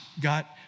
got